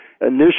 initially